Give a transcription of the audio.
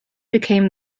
became